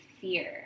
fear